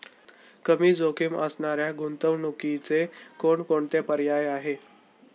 कमी जोखीम असणाऱ्या गुंतवणुकीचे कोणकोणते पर्याय आहे?